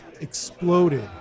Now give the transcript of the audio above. exploded